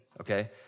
okay